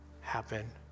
happen